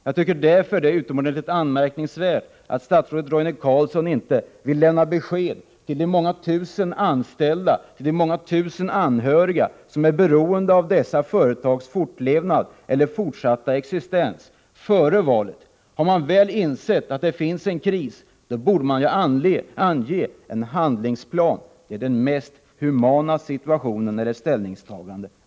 Jag tycker därför att det är utomordentligt anmärkningsvärt att statsrådet Roine Carlsson inte vill lämna besked till de många tusen anställda och deras anhöriga, som är beroende av dessa företags fortsatta existens, före valet. Har man väl insett att det finns en kris borde man redovisa en handlingsplan. Det är det mest humana ställningstagandet.